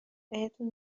بهتون